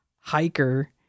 hiker